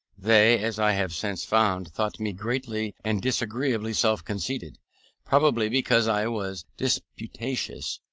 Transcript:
they, as i have since found, thought me greatly and disagreeably self-conceited probably because i was disputatious,